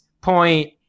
point